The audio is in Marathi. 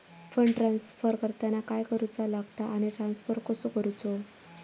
फंड ट्रान्स्फर करताना काय करुचा लगता आनी ट्रान्स्फर कसो करूचो?